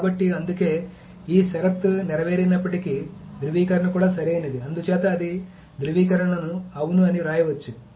కాబట్టి అందుకే ఈ షరతు నెరవేరినప్పటికీ ధ్రువీకరణ కూడా సరియైనది అందుచేత అది ధృవీకరణను అవును అని వ్రాయవచ్చు